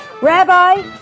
Rabbi